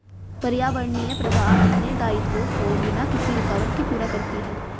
पर्यावरणीय प्रवाह अपने दायित्वों को बिना किसी रूकावट के पूरा करती है